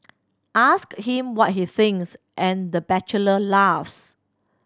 ask him what he thinks and the bachelor laughs